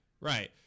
right